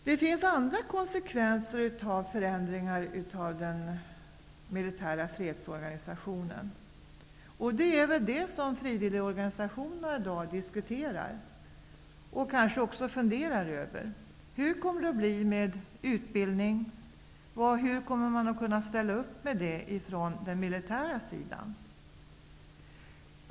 Det finns andra konsekvenser beträffande förändringarna av den militära fredsorganisationen, och det är de sakerna som frivilligorganisationerna i dag diskuterar. Man funderar kanske över hur det kommer att bli med utbildningen i dessa sammanhang och hur man från den militära sidan kommer att ställa upp med just utbildning.